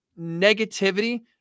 negativity